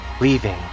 leaving